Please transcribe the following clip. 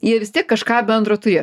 jie vis tiek kažką bendro turėjo